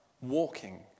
walking